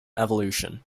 evolution